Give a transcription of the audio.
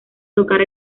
tocar